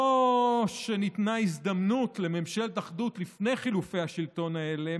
לא שלא ניתנה הזדמנות לממשלת אחדות לפני חילופי השלטון האלה,